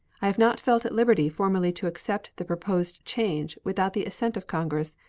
i have not felt at liberty formally to accept the proposed change without the assent of congress,